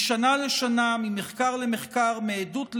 משנה לשנה, ממחקר למחקר, מעדות לעדות,